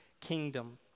kingdom